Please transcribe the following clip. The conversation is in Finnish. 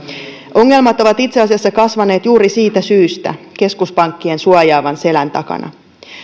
ongelmat ovat itse asiassa kasvaneet juuri siitä syystä keskuspankkien suojaavan selän takana